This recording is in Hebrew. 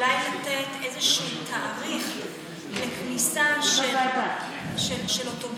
אולי לתת איזשהו תאריך לכניסה של אוטובוסים